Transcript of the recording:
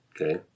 Okay